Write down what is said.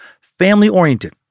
family-oriented